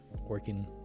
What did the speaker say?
working